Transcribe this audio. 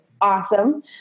awesome